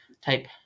type